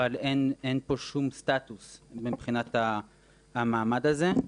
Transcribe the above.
אבל אין פה שום סטטוס מבחינת המעמד הזה.